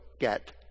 get